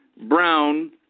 brown